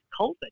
covid